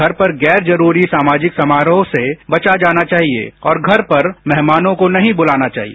घर पर गैर जरूरी सामाजिक समारोह से बचा जाना चाहिए और घर पर मेहमानों को नहीं बुलाना चाहिए